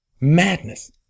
Madness